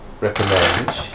recommend